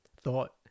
thought